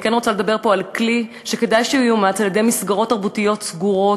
אני כן רוצה לדבר פה על כלי שכדאי שהוא יאומץ במסגרות תרבותיות סגורות,